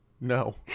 No